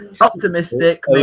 optimistic